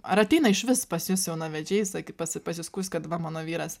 ar ateina išvis pas jus jaunavedžiai sak pasi pasiskųst kad va mano vyras